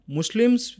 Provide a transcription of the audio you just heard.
Muslims